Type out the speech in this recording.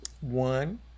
One